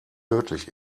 tödlich